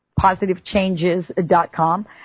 Positivechanges.com